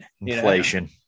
Inflation